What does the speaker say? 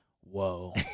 whoa